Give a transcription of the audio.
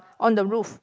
on the roof